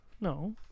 No